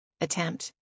Attempt